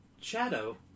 Shadow